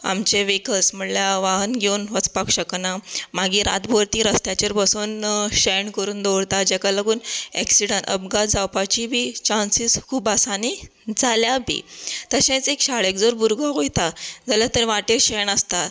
आमचे वेहिकल्स म्हणल्यार वाहन घेवन वचपाक शकना मागीर रातभर तीं रस्त्याचेर बसून शेण करून दवरता जाका लागून अपघात जावपाची बी चांसेस खूब आसा आनी जाल्या बी तशेंच जर एक शाळेंत जर भुरगो वयता जाल्यार थंय वाटेर शेण आसता